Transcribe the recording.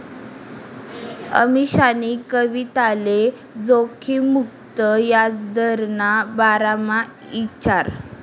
अमीशानी कविताले जोखिम मुक्त याजदरना बारामा ईचारं